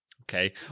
Okay